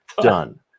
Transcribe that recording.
done